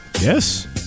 Yes